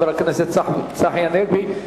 חבר הכנסת צחי הנגבי.